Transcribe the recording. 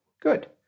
Good